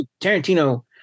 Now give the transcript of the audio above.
Tarantino